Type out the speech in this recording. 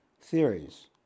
theories